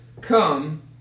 come